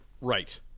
Right